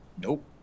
Nope